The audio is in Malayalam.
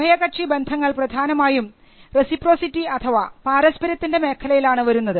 ഉഭയകക്ഷി ബന്ധങ്ങൾ പ്രധാനമായും റെസിപ്റൊസിറ്റി അഥവാ പാരസ്പര്യത്തിൻറെ മേഖലയിലാണ് വരുന്നത്